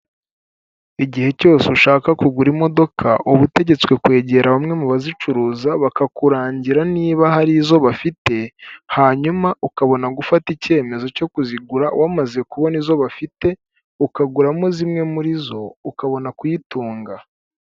Igihe cyose ushaka kugura imodoka uba utegetswe kwegera bamwe mu bazicuruza bakakurangira niba hari izo bafite, hanyuma ukabona gufata icyemezo cyo kuzigura, wamaze kubona izo bafite, ukaguramo zimwe muri zo ukabona kuyitunga.